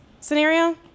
Scenario